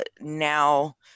now